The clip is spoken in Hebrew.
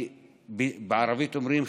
(אומר בערבית ומתרגם:)